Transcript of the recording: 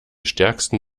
stärksten